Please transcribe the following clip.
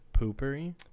Poopery